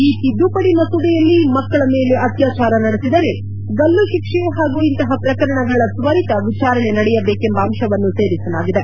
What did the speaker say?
ಈ ತಿದ್ದುಪಡಿ ಮಸೂದೆಯಲ್ಲಿ ಮಕ್ಕಳ ಮೇಲೆ ಅತ್ಲಾಚಾರ ನಡೆಸಿದರೆ ಗಲ್ಲು ಶಿಕ್ಷೆ ಹಾಗೂ ಇಂತಹ ಪ್ರಕರಣಗಳ ತ್ವರಿತ ವಿಚಾರಣೆ ನಡೆಯಬೇಕೆಂಬ ಅಂಶವನ್ನು ಸೇರಿಸಲಾಗಿದೆ